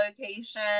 location